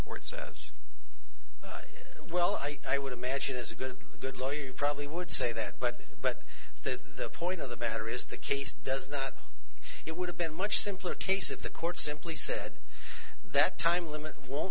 court says well i would imagine as a good a good lawyer you probably would say that but but the point of the matter is the case does not it would have been much simpler case if the court simply said that time limit won't